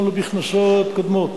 גם בכנסות קודמות.